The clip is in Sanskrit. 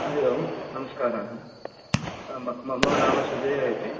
हरि ओम नमश्काराः मम नाम सुजय इति